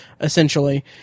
essentially